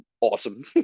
awesome